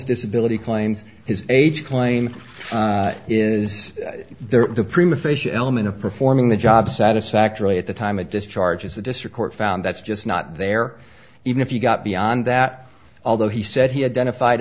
disability claims his age claim is there the prima facia element of performing the job satisfactorily at the time it just charges the district court found that's just not there even if you got beyond that although he said he